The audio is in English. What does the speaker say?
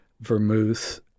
vermouth